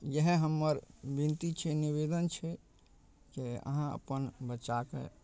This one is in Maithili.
इएह हमर विनती छै निवेदन छै जे अहाँ अपन बच्चाकेँ